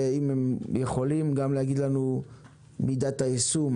ואם תוכלו גם להגיד לנו את מידת היישום,